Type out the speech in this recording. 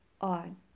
On